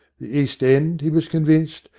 the east end, he was convinced,